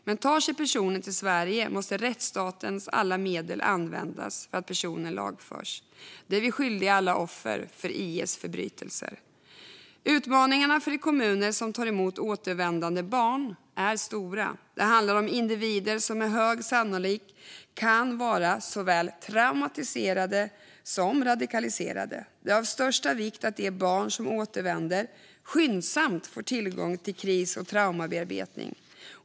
Men tar sig personen till Sverige måste rättsstatens alla medel användas för att personen ska lagföras. Det är vi skyldiga alla offer för IS förbrytelser. Utmaningarna för de kommuner som tar emot återvändande barn är stora. Det handlar om individer som med stor sannolikhet kan vara såväl traumatiserade som radikaliserade. Det är av största vikt att de barn som återvänder skyndsamt får tillgång till kris och traumabearbetning.